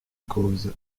cause